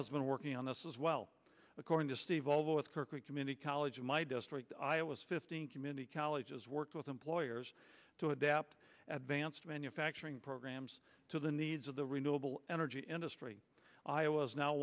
has been working on this as well according to steve although it's community college in my district iowa's fifteen community colleges worked with employers to adapt at vance manufacturing programs to the needs of the renewable energy industry i was now